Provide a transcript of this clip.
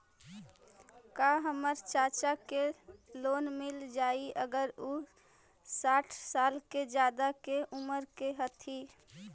का हमर चाचा के लोन मिल जाई अगर उ साठ साल से ज्यादा के उमर के हथी?